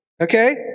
Okay